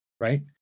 right